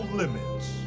limits